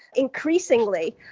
increasingly,